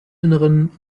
innern